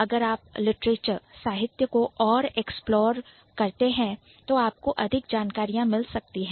अगर आप Literature literature साहित्य को और explore एक्सप्लोर अन्वेषण करते हैं तो आपको अधिक जानकारी मिल सकती है